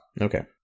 Okay